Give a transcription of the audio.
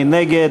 מי נגד?